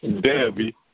Debbie